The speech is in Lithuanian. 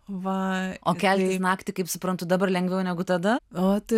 o keltis naktį dabar yra lengviau negu tada